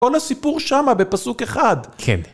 כל הסיפור שמה בפסוק אחד. כן.